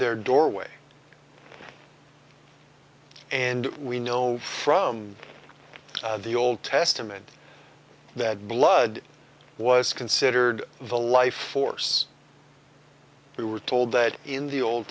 their doorway and we know from the old testament that blood was considered the life force we were told that in the old